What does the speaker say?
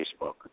Facebook